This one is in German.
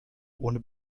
ohne